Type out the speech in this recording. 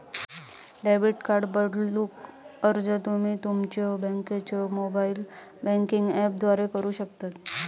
debit card बदलूक अर्ज तुम्ही तुमच्यो बँकेच्यो मोबाइल बँकिंग ऍपद्वारा करू शकता